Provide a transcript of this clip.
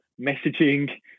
messaging